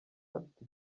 mfite